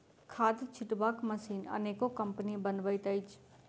खाद छिटबाक मशीन अनेको कम्पनी बनबैत अछि